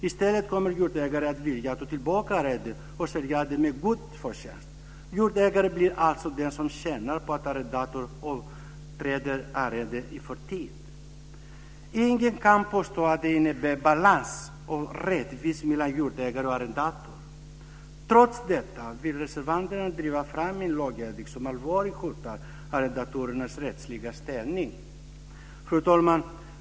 I stället kommer jordägaren att vilja ta tillbaka arrendet och sälja det med god förtjänst. Jordägaren blir alltså den som tjänar på att arrendatorn avträder arrendet i förtid. Ingen kan påstå att det innebär balans och rättvisa mellan jordägare och arrendator. Trots detta vill reservanterna driva fram en lagändring som allvarligt hotar arrendatorernas rättsliga ställning. Fru talman!